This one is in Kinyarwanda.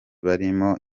barimo